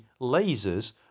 lasers